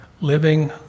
Living